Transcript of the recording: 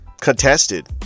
contested